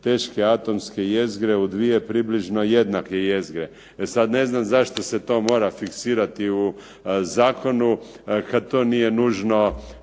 teške atomske jezgre u dvije približno jednake jezgre. E sad ne znam zašto se to mora fiksirati u zakonu, kad to nije nužno,